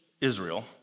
Israel